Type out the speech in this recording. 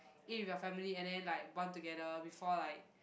eat with your family and then like bond together before like